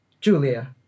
Julia